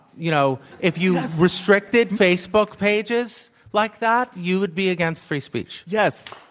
you know, if you restricted facebook pages like that, you would be against free speech. yes.